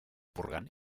purgant